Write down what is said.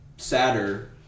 Sadder